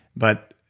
but,